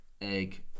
egg